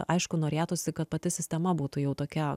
aišku norėtųsi kad pati sistema būtų jau tokia